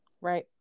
Right